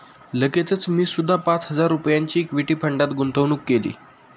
लगेचच मी सुद्धा पाच हजार रुपयांची इक्विटी फंडात गुंतवणूक केली